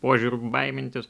požiūriu baimintis